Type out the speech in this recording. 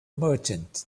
merchant